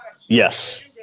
Yes